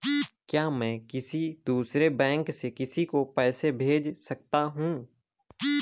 क्या मैं किसी दूसरे बैंक से किसी को पैसे भेज सकता हूँ?